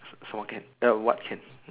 small can err what can